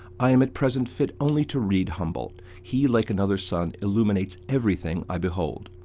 i am at present fit only to read humboldt. he, like another sun, illuminates everything i behold.